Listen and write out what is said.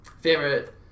Favorite